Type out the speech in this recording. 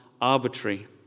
arbitrary